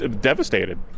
devastated